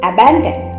Abandon